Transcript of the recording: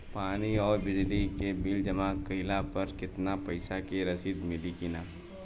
पानी आउरबिजली के बिल जमा कईला पर उतना पईसा के रसिद मिली की न?